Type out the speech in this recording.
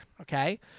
Okay